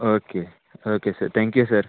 okay okay sir thank you sir